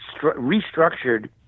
restructured